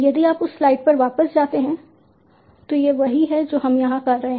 यदि आप उस स्लाइड पर वापस जाते हैं तो यह वही है जो हम यहां कर रहे हैं